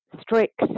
strict